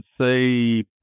say